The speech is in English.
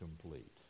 complete